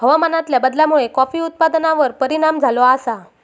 हवामानातल्या बदलामुळे कॉफी उत्पादनार परिणाम झालो आसा